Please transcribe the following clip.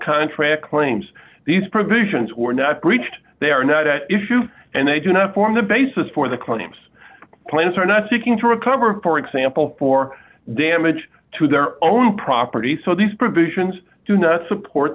contract claims these provisions or not breached they are not that if you and they do not form the basis for the claims claims are not seeking to recover for example for damage to their own property so these provisions do not support